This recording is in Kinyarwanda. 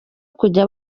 kujya